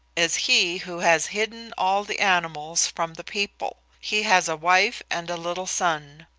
is he who has hidden all the animals from the people. he has a wife and a little son.